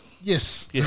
Yes